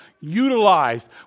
utilized